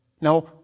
Now